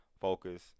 focus